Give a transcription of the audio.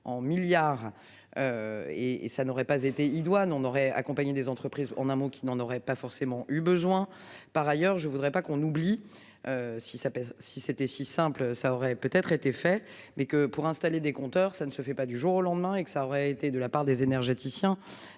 en milliards. Et et ça n'aurait pas été idoine on aurait accompagné des entreprises, en un mot qui n'en aurait pas forcément eu besoin par ailleurs je voudrais pas qu'on oublie. Si ça, si c'était si simple ça aurait peut-être été fait mais que pour installer des compteurs, ça ne se fait pas du jour au lendemain et que ça aurait été de l'. Par des énergéticiens.